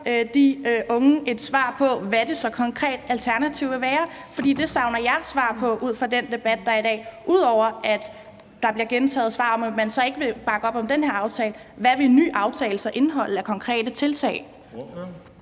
de unge et svar på, hvad det konkrete alternativ så vil være, for det savner jeg et svar på ud fra den debat, der er i dag, ud over at der bliver gentaget svar om, at man så ikke vil bakke op om den her aftale. Hvad vil en ny aftale så indeholde af konkrete tiltag?